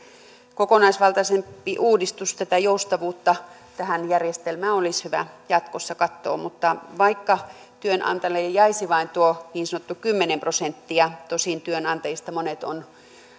kokonaisvaltaisempaa uudistusta ja tätä joustavuutta tähän järjestelmään olisi hyvä jatkossa katsoa vaikka työnantajille jäisi vain tuo sanottu kymmenen prosenttia tosin työnantajista monet